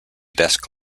desk